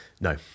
No